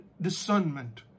discernment